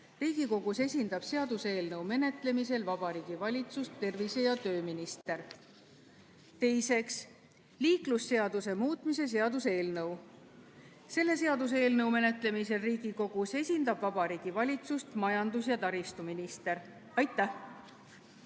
Riigikogus esindab seaduseelnõu menetlemisel Vabariigi Valitsust tervise- ja tööminister. Teiseks, liiklusseaduse muutmise seaduse eelnõu. Selle seaduseelnõu menetlemisel Riigikogus esindab Vabariigi Valitsust majandus- ja taristuminister. Aitäh!